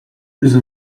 neza